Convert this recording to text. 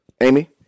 Amy